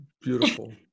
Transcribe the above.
Beautiful